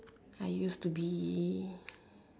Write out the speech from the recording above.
I used to be